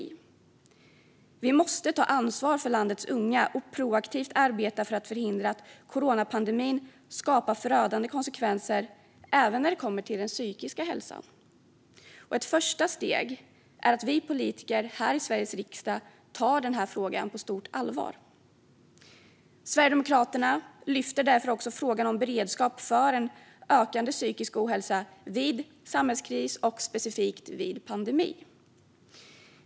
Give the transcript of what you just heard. Vi måste ta ansvar för landets unga och proaktivt arbeta för att förhindra att coronapandemin skapar förödande konsekvenser även när det kommer till den psykiska hälsan. Ett första steg är att vi politiker här i Sveriges riksdag tar den här frågan på stort allvar. Sverigedemokraterna lyfter därför också fram frågan om beredskap för en ökande psykisk ohälsa vid samhällskris och specifikt vid pandemi.